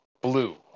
blue